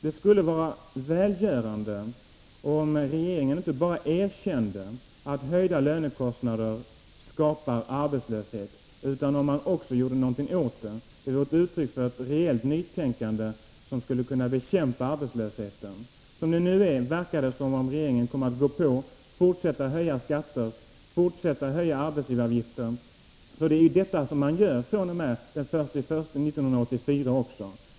Det skulle vara välgörande om regeringen inte bara erkände att höjda lönekostnader skapar arbetslöshet utan att man också gjorde någonting åt dem. Det vore ett uttryck för ett rejält nytänkande, som skulle kunna bekämpa arbetslösheten. Som det nu är verkar det som om regeringen kommer att gå på, fortsätta att höja skatter, fortsätta att höja arbetsgivaravgifter. Det är ju detta man gör också fr.o.m. den 1 januari 1984.